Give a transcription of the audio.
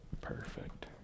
Perfect